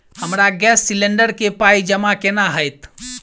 हमरा gas cylinder केँ पाई जमा केना हएत?